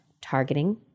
targeting